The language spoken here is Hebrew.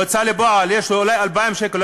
בהוצאה לפועל יש לו אולי 2,000 שקל,